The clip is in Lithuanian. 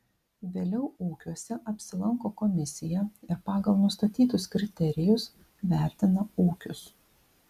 vėliau ūkiuose apsilanko komisija ir pagal nustatytus kriterijus vertina ūkius